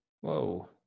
Whoa